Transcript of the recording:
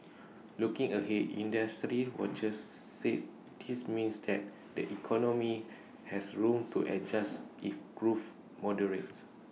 looking ahead industry watchers said this means that the economy has room to adjust if growth moderates